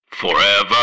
Forever